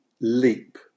leap